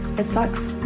it sucks.